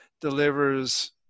delivers